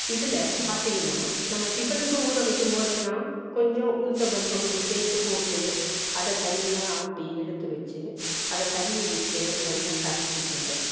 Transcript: இதில் பார்த்தீங்கன்னா நம்ம டிஃபனுக்கு ஊறவைக்கும்போதெல்லாம் கொஞ்சம் உளுந்தம் பருப்பு கொஞ்சம் சேர்த்துப்போட்டு அதை தனியாக ஆட்டி எடுத்துவச்சு அதை தண்ணீர் விட்டு நல்லா கரைச்சுட்டு